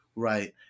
Right